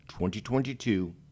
2022